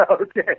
Okay